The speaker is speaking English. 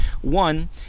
one